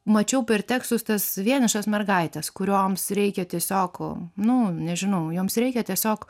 mačiau per tekstus tas vienišas mergaites kurioms reikia tiesiog nu nežinau joms reikia tiesiog